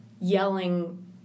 yelling